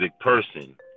person